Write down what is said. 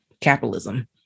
capitalism